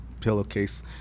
pillowcase